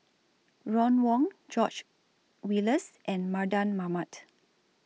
Ron Wong George Oehlers and Mardan Mamat